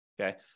okay